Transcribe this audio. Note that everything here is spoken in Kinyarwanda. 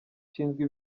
nshinzwe